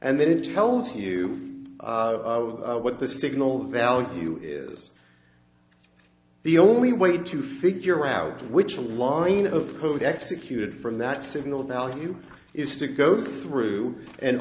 and then it tells you what the signal value is the only way to figure out which a line of code executed from that signal of value is to go through and